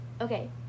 Okay